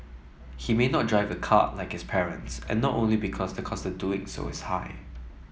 he may not drive a car like his parents and not only because the cost doing so is high